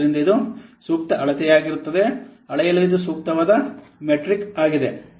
ಆದ್ದರಿಂದ ಇದು ಸೂಕ್ತ ಅಳತೆಯಾಗಿರುತ್ತದೆ ಪ್ರಯತ್ನವನ್ನು ಅಳೆಯಲು ಇದು ಸೂಕ್ತವಾದ ಮೆಟ್ರಿಕ್ ಆಗಿದೆ